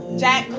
jack